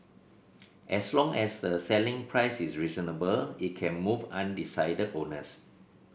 as long as the selling price is reasonable it can move undecided owners